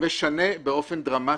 משנה באופן דרמטי,